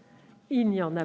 le texte de la